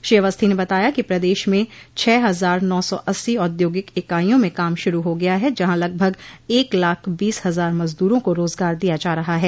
श्री अवस्थी ने बताया कि प्रदेश म छह हजार नौ सौ अस्सी औद्योगिक इकाइयों में काम शुरू हो गया है जहां लगभग एक लाख बीस हजार मजदूरों को रोजगार दिया जा रहा है